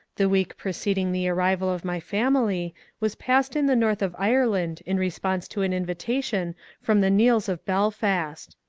the week preceding the arrival of my family was passed in the north of ireland in response to an invitation from the neills of belfast.